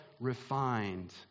refined